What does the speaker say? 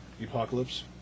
Apocalypse